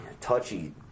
touchy